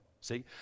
See